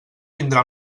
vindrà